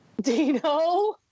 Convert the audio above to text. Dino